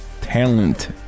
talent